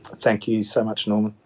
thank you so much norman.